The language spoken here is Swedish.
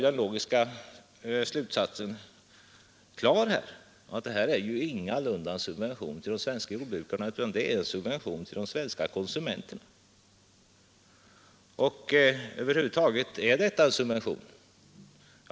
Den logiska slutsatsen är alltså att det inte heller i detta fall gäller en subvention till de svenska jordbrukarna utan en subvention till de svenska konsumenterna. Men är det över huvud taget fråga om en subvention?